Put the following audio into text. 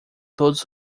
todos